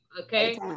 Okay